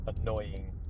annoying